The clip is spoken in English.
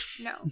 no